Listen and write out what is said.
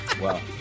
Wow